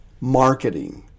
marketing